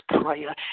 prayer